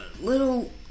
little